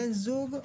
בן זוג,